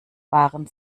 waren